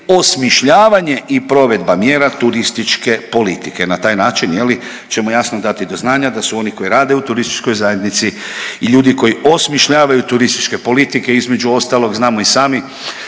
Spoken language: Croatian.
osmišljavanje i provedba mjera turističke politike, na taj način je li ćemo jasno dati do znanja da su oni koji rade u turističkoj zajednici i ljudi koji osmišljavaju turističke politike, između ostalog znamo i sami